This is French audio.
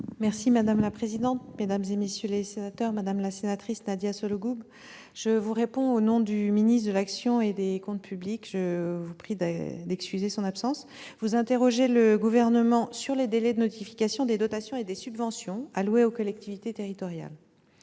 auprès du ministre de l'économie et des finances. Madame la sénatrice Nadia Sollogoub, je vous réponds au nom du ministre de l'action et des comptes publics, dont je vous prie d'excuser l'absence. Vous interrogez le Gouvernement sur les délais de notification des dotations et des subventions allouées aux collectivités territoriales.